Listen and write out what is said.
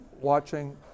watching